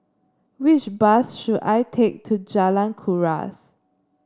which bus should I take to Jalan Kuras